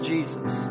Jesus